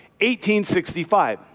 1865